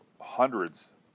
hundreds